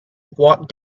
walk